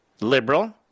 Liberal